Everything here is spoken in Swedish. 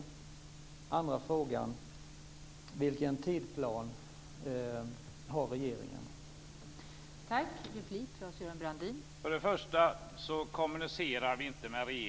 Den andra frågan gäller vilken tidsplan regeringen har.